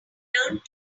learned